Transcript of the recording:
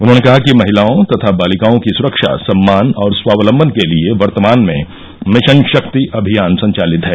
उन्होंने कहा कि महिलाओं तथा बालिकाओं की सुरक्षा सम्मान एवं स्वावलम्बन के लिए वर्तमान में मिशन शक्ति अभियान संचालित है